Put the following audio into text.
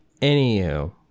Anywho